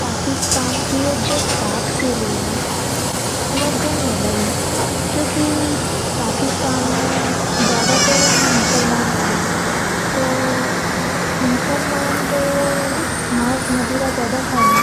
पाकिस्तान की जो या पाक शैली है नि वो गनी अलग है। क्योंकि पाकिस्तान में ज्यादातर मुसलमान हैं। तो मुसलमान तो मास मदिरा ज्यादा कावे। ये